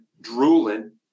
drooling